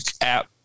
App